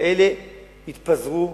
כאלה יתפזרו,